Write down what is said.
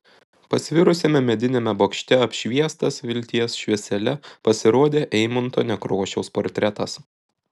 pasvirusiame mediniame bokšte apšviestas vilties šviesele pasirodė eimunto nekrošiaus portretas